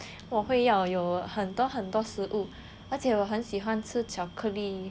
我会要有很多很多食物而且我很喜欢吃巧克力